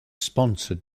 sponsored